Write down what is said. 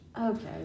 Okay